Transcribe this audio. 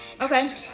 Okay